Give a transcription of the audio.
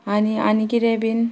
आनी आनी कितें बीन